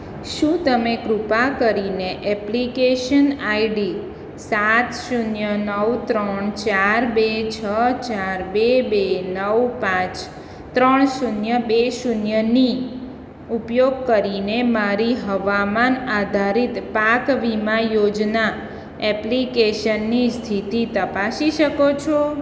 શું તમે કૃપા કરીને એપ્લિકેશન આઈડી સાત શૂન્ય નવ ત્રણ ચાર બે છ ચાર બે બે નવ પાંચ ત્રણ શૂન્ય બે શૂન્યની ઉપયોગ કરીને મારી હવામાન આધારિત પાક વીમા યોજના એપ્લિકેશનની સ્થિતિ તપાસી શકો છો